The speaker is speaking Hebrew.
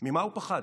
ממה הוא פחד,